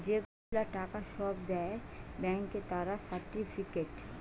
যে গুলা টাকা সব দেয় ব্যাংকে তার সার্টিফিকেট